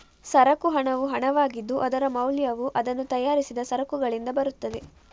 ಸರಕು ಹಣವು ಹಣವಾಗಿದ್ದು, ಅದರ ಮೌಲ್ಯವು ಅದನ್ನು ತಯಾರಿಸಿದ ಸರಕುಗಳಿಂದ ಬರುತ್ತದೆ